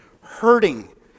hurting